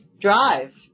drive